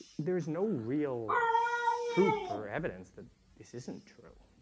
there's no real proof or evidence that this isn't true